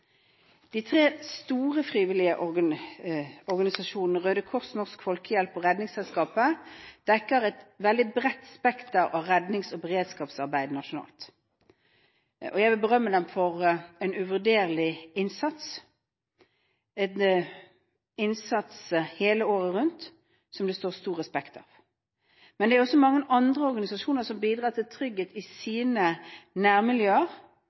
De tre store frivillige organisasjonene – Røde Kors, Norsk Folkehjelp og Redningsselskapet – dekker et veldig bredt spekter av rednings- og beredskapsarbeidet nasjonalt. Jeg vil berømme dem for en uvurderlig innsats, en innsats hele året rundt, som det står stor respekt av. Men det er også mange andre organisasjoner som bidrar til trygghet i sine nærmiljøer,